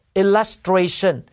illustration